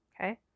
Okay